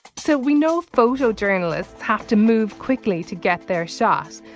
so we know photojournalists have to move quickly to get their shots.